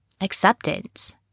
acceptance